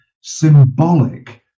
symbolic